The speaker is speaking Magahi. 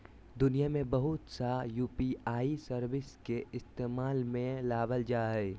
दुनिया में बहुत सा यू.पी.आई सर्विस के इस्तेमाल में लाबल जा हइ